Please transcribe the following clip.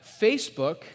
Facebook